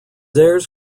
heirs